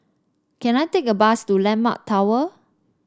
can I take a bus to landmark Tower